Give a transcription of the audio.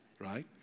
right